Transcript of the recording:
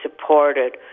supported